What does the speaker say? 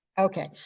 okay,